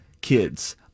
kids